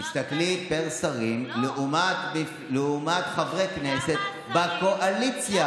תסתכלי פר שרים לעומת חברי כנסת בקואליציה.